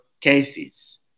cases